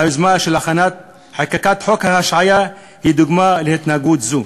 והיוזמה של חקיקת חוק ההשעיה היא דוגמה להתנהגות זו.